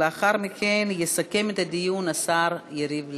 לאחר מכן יסכם את הדיון השר יריב לוין.